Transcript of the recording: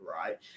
right